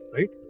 Right